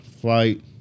flight